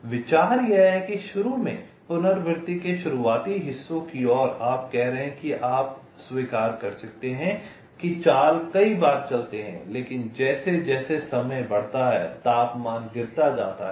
तो विचार यह है कि शुरू में पुनरावृत्ति के शुरुआती हिस्सों की ओर आप कह रहे हैं कि आप स्वीकार कर सकते हैं कि चाल कई बार चलते हैं लेकिन जैसे जैसे समय बढ़ता है तापमान गिरता जाता है